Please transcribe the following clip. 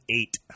eight